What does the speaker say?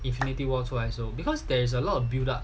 infinity war 出来的时候 because there is a lot of build up